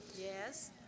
yes